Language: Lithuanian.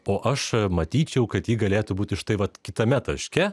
o aš matyčiau kad ji galėtų būti štai vat kitame taške